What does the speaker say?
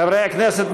חברי הכנסת,